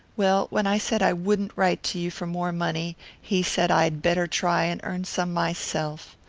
well, when i said i wouldn't write to you for more money he said i'd better try and earn some myself.